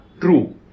true